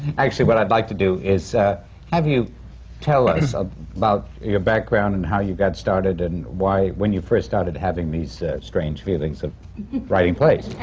actually, what i'd like to do is have you tell us ah about your background and how you got started and when you first started having these strange feelings of writing plays. and